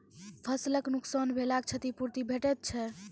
फसलक नुकसान भेलाक क्षतिपूर्ति भेटैत छै?